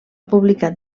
publicat